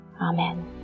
Amen